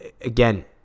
again